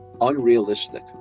unrealistic